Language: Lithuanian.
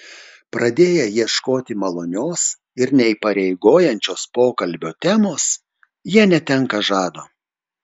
pradėję ieškoti malonios ir neįpareigojančios pokalbio temos jie netenka žado